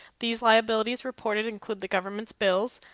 these liabilities reported include the government's bills,